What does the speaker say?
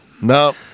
no